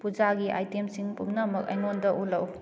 ꯄꯨꯖꯥꯒꯤ ꯑꯥꯏꯇꯦꯝꯁꯤꯡ ꯄꯨꯝꯅꯃꯛ ꯑꯩꯉꯣꯟꯗ ꯎꯠꯂꯛꯎ